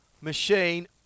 machine